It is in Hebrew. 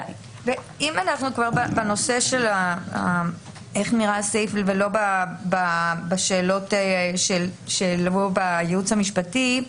אם אנחנו כבר בנושא של איך נראה הסעיף ולא בשאלות של הייעוץ המשפטי,